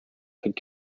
could